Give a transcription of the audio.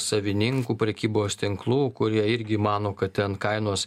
savininkų prekybos tinklų kurie irgi mano kad ten kainos